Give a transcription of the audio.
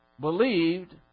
believed